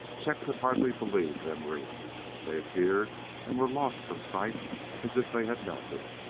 chet could hardly believe them real they appeared and were lost from sight as if they had melted.